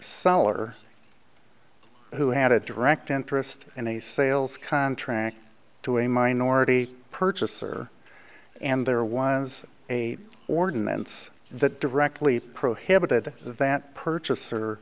seller who had a direct interest in a sales contract to a minority purchaser and there was a ordinance that directly prohibited that purchaser